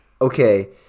Okay